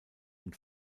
den